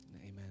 Amen